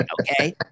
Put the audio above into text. okay